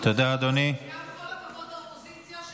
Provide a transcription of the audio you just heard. גם כל הכבוד לאופוזיציה,